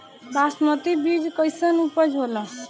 बासमती बीज कईसन उपज होला?